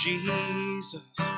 Jesus